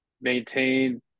maintain